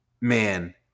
man